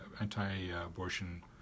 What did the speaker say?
anti-abortion